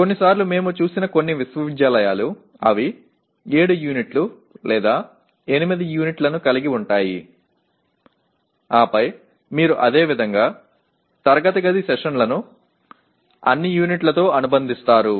కొన్నిసార్లు మేము చూసిన కొన్ని విశ్వవిద్యాలయాలు అవి 7 యూనిట్లు లేదా 8 యూనిట్ల ను కలిగి ఉంటాయి ఆపై మీరు అదే విధంగా తరగతి గది సెషన్లను అన్ని యూనిట్లతో అనుబంధిస్తారు